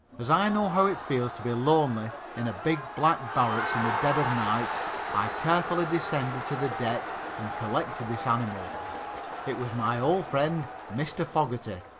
as i know how it feels to be lonely in a big black barracks in the dead of night i carefully descended to the deck and collected this animal it was my old friend, mr. fogerty,